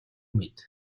мэд